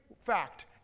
fact